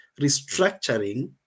restructuring